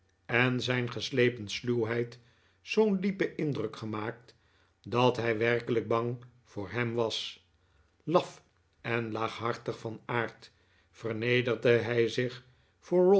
en zijn geslepen sluwheid zoo'n diepen indruk gemaakt dat hij werkelijk bang voor hem was laf en laaghartig van aard vernederde hij zich